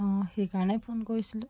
অঁ সেইকাৰণে ফোন কৰিছিলোঁ